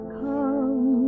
come